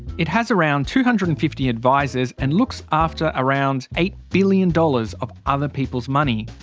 it has around two hundred and fifty advisers and looks after around eight billion dollars of other people's money.